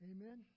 Amen